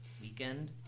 Weekend